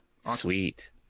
Sweet